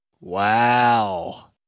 wow